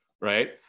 right